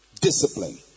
Discipline